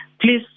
please